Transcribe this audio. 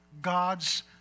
God's